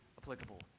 applicable